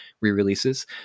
re-releases